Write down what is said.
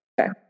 Okay